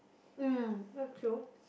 mm that's true